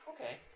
Okay